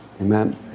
amen